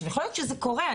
יכול להיות שזה קורה,